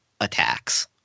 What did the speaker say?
attacks